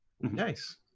Nice